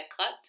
cut